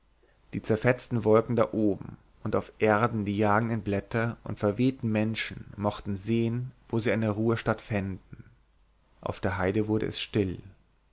die zerfetzten wolken da oben und da auf erden die jagenden blätter und verwehten menschen mochten sehen wo sie eine ruhestatt fänden auf der heide wurde es still